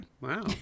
Wow